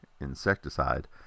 insecticide